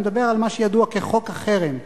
אני מדבר על מה שידוע כחוק החרם.